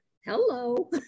hello